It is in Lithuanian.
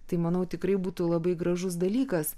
tai manau tikrai būtų labai gražus dalykas